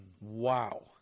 Wow